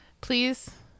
Please